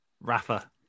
Rafa